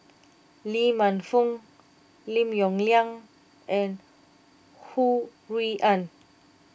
Lee Man Fong Lim Yong Liang and Ho Rui An